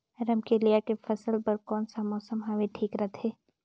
रमकेलिया के फसल बार कोन सा मौसम हवे ठीक रथे?